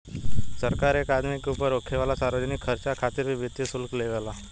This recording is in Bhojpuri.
सरकार एक आदमी के ऊपर होखे वाला सार्वजनिक खर्चा खातिर भी वित्तीय शुल्क लेवे ला